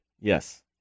Yes